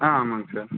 ஆ ஆமாங்க சார்